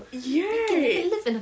ya right